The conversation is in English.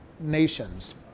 nations